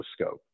scope